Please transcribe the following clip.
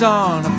on